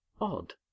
Odd